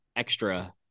extra